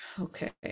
Okay